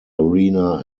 arena